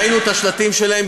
ראינו את השלטים שלהם,